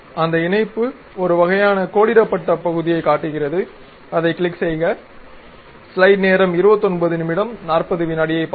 அந்த இணைப்பு ஒரு வகையான கோடிடப்பட்ட பகுதியைக் காட்டுகிறது அதைக் கிளிக் செய்க